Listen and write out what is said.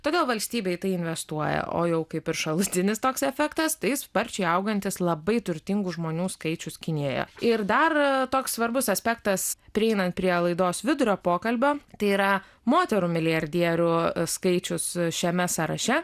todėl valstybė į tai investuoja o kaip ir šalutinis toks efektas tai sparčiai augantis labai turtingų žmonių skaičius kinijoje ir dar toks svarbus aspektas prieinant prie laidos vidurio pokalbio tai yra moterų milijardierių skaičius šiame sąraše